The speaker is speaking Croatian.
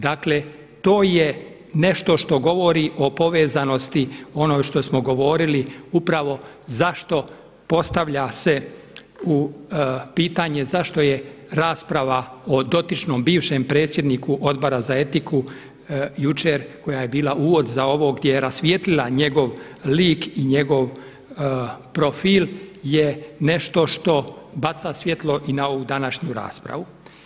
Dakle, to je nešto što govori o povezanosti onoj što smo govorili upravo zašto postavlja se pitanje zašto je rasprava o dotičnom bivšem predsjedniku Odbora za etiku jučer koja je bila uvod za ovo gdje je rasvijetlila njegov lik i njegov profil je nešto što baca svjetlo i na ovu današnju raspravu.